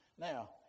Now